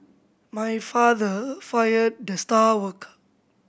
my father fired the star worker